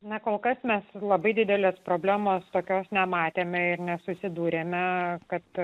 ne kol kas mes labai didelės problemos tokios nematėme ir nesusidūrėme kad